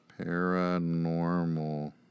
Paranormal